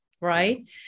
right